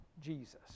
Jesus